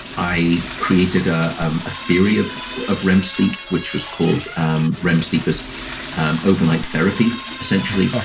i created a um theory of of rem sleep which was called um rem sleep is overnight therapy, essentially. ah